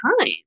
time